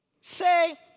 say